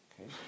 Okay